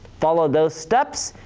follow those steps,